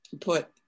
put